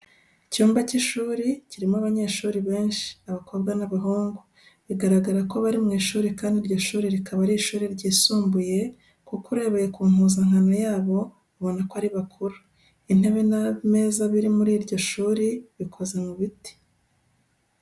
Icyumba cy'ishuri kirimo abanyeshuri benshi: abakobwa n'abahungu, bigaragara ko bari mu ishuri kandi iryo shuri rikaba ari ishuri ryisumbuye, kuko urebeye ku mpuzankano yabo ubona ko ari bakuru. Intebe n'ameza biri muri iryo shuri, bikoze mu biti.